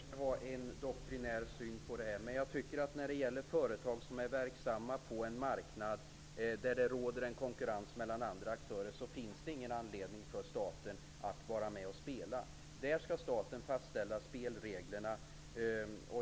Herr talman! Jag vill inte heller stå för en doktrinär syn på detta. Men när det gäller företag som är verksamma på en marknad där det råder konkurrens med andra aktörer, finns det ingen anledning för staten att vara med och spela. Staten skall fastställa spelreglerna.